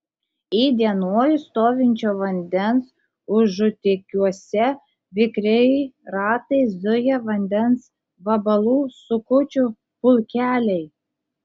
įdienojus stovinčio vandens užutėkiuose vikriai ratais zuja vandens vabalų sukučių pulkeliai